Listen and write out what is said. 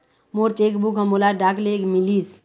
मोर cheque book ह मोला डाक ले मिलिस